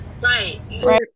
Right